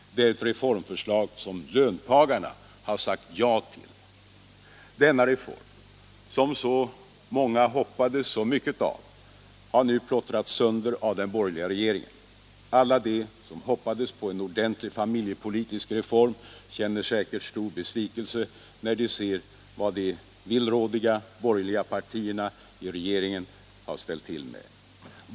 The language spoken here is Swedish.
Det är ett reformförslag som löntagarna har sagt ja till. Denna reform — som så många hoppades så mycket av — har nu plottrats sönder av den borgerliga regeringen. Alla de som hoppades på en ordentlig familjepolitisk reform känner säkert stor besvikelse när de ser vad de villrådiga borgerliga partierna i regeringen har ställt till med.